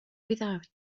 without